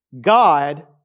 God